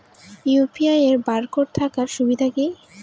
UPI এর barcode থাকার সুবিধে কি?